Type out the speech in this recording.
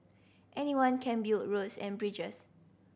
anyone can build roads and bridges